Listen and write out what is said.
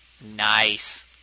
Nice